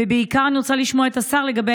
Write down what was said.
ובעיקר אני רוצה לשמוע את השר לגבי